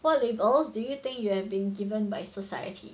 what labels do you think you have been given by society